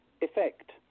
effect